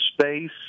space